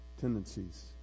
tendencies